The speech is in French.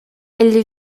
elle